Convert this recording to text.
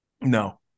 No